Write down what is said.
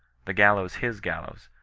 the gallows his gallows,